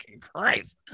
Christ